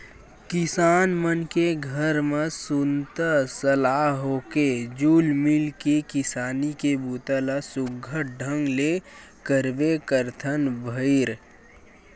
किसान मन के घर म सुनता सलाह होके जुल मिल के किसानी के बूता ल सुग्घर ढंग ले करबे करथन भईर